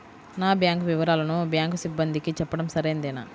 నా బ్యాంకు వివరాలను బ్యాంకు సిబ్బందికి చెప్పడం సరైందేనా?